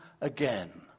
again